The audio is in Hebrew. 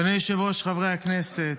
אדוני היושב-ראש, חברי הכנסת,